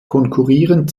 konkurrieren